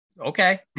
okay